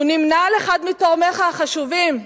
הוא אחד מתורמיך החשובים,